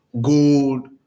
Gold